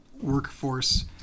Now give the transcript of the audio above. workforce